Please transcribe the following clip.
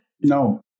No